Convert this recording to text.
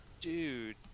Dude